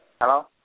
Hello